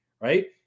right